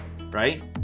right